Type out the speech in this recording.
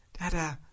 Dada